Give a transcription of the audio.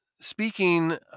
speaking